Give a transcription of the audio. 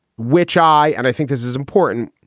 which i and i think this is important,